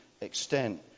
extent